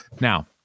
now